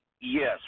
Yes